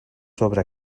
sobre